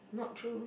not true